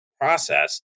process